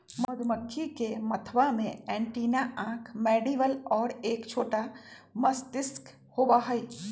मधुमक्खी के मथवा में एंटीना आंख मैंडीबल और एक छोटा मस्तिष्क होबा हई